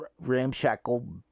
ramshackle